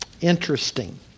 interesting